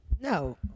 No